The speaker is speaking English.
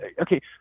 okay